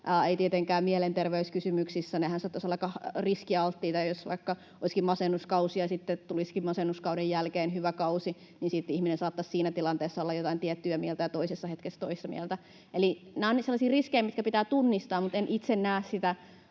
ei tietenkään mielenterveyskysymyksissä — nehän saattaisivat olla aika riskialttiita, jos vaikka olisi masennuskausi ja sitten tulisikin masennuskauden jälkeen hyvä kausi, niin sitten ihminen saattaisi siinä tilanteessa olla jotain tiettyä mieltä ja toisessa hetkessä toista mieltä. Eli nämä ovat sellaisia riskejä, mitkä pitää tunnistaa, mutta en itse näe